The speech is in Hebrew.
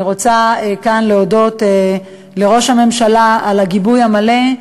אני רוצה כאן להודות לראש הממשלה על הגיבוי המלא,